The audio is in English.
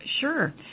Sure